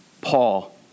Paul